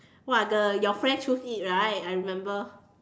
!wah! the your friend choose it right I remember